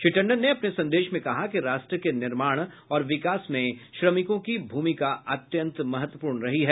श्री टंडन ने अपने संदेश में कहा कि राष्ट्र के निर्माण और विकास में श्रमिकों की भूमिका अत्यन्त महत्वपूर्ण रही है